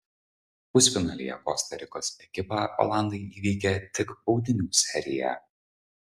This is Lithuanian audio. pusfinalyje kosta rikos ekipą olandai įveikė tik baudinių serija